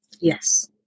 yes